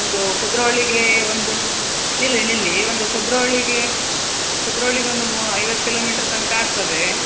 ಒಂದು ಕುದ್ರೋಳಿಗೆ ಒಂದು ನಿಲ್ಲಿ ನಿಲ್ಲಿ ಒಂದು ಕುದ್ರೋಳಿಗೆ ಕುದ್ರೋಳಿಗೊಂದು ಮೊ ಐವತ್ತು ಕಿಲೋಮೀಟ್ರ್ ತನಕ ಆಗ್ತದೆ